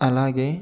అలాగే